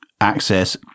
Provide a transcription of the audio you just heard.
access